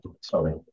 Sorry